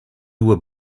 were